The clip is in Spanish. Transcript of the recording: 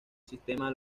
sistema